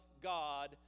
God